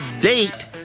date